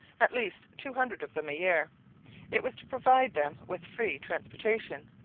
at least two hundred of them a year it was to provide them with free transportation,